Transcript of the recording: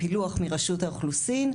פילוח מרשות האוכלוסין,